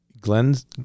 Glenn's